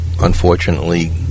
unfortunately